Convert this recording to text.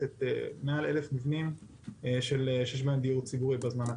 את מעל 1,000 מבנים שיש בהם דיור ציבורי בזמן הקרוב.